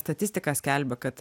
statistika skelbia kad